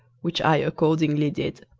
which i accordingly did.